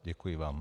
Děkuji vám.